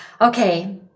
Okay